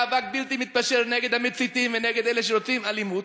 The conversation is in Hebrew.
מאבק בלתי מתפשר נגד המציתים ונגד אלה שרוצים אלימות?